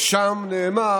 שם נאמר